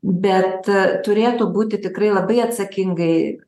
bet turėtų būti tikrai labai atsakingai